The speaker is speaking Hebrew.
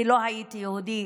כי לא הייתי יהודי.